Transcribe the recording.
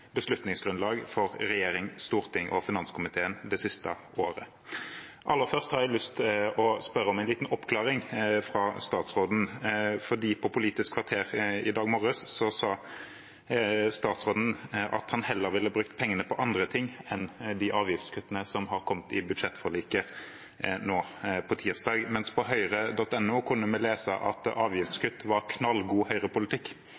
beslutningsgrunnlag for regjeringen, Stortinget og finanskomiteen det siste året. Aller først har jeg lyst til å spørre om en liten oppklaring fra statsråden. I Politisk kvarter i dag morges sa statsråden at han heller ville brukt pengene på andre ting enn på de avgiftskuttene som kom i budsjettforliket på tirsdag. Men på hoyre.no kunne vi lese at